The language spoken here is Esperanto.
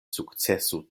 sukcesu